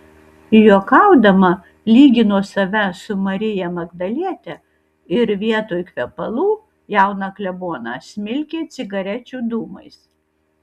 juokaudama lygino save su marija magdaliete ir vietoj kvepalų jauną kleboną smilkė cigarečių dūmais